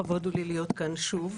לכבוד הוא לי להיות כאן שוב.